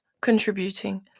contributing